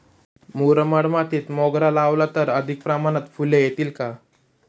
मुरमाड मातीत मोगरा लावला तर अधिक प्रमाणात फूले येतील का?